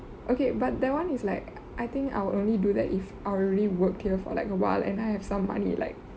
okay but that one is like I think I will only do that if I already work here for like awhile and I have some money like